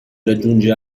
raggiunge